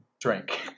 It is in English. drink